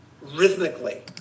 rhythmically